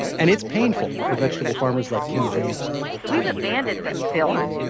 and it's painful for vegetable farmers like kim jamerson we've abandoned some fields.